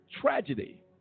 tragedy